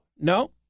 No